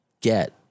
get